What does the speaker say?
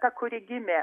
ta kuri gimė